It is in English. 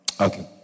Okay